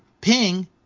Ping